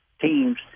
teams